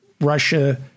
Russia